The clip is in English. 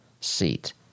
seat